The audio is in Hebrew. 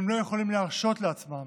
הם לא יכולים להרשות לעצמם